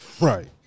Right